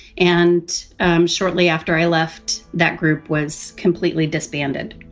and shortly after i left, that group was completely disbanded